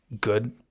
good